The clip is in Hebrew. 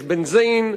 יש בנזן,